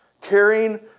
carrying